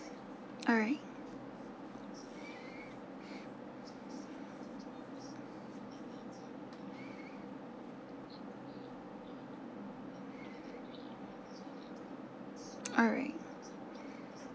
alright alright